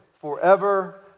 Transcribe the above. forever